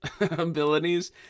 abilities